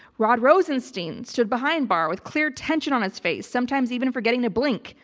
rod rosenstein stood behind barr with clear tension on his face, sometimes even forgetting to blink,